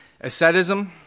Ascetism